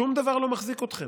שום דבר לא מחזיק אתכם.